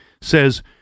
Says